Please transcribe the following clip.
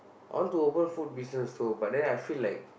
I want to open food business also but then I feel like